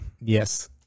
yes